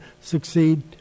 succeed